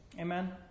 Amen